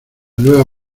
nueva